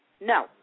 No